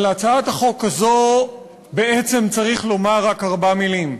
על הצעת החוק הזאת בעצם צריך לומר רק ארבע מילים: